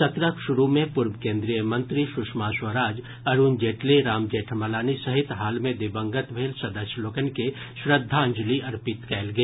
सत्रक शुरू मे पूर्व केन्द्रीय मंत्री सुषमा स्वराज अरूण जेटली राम जेठमलानी सहित हाल मे दिवंगत भेल सदस्य लोकनि के श्रद्धांजलि अर्पित कयल गेल